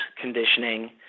conditioning